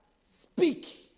speak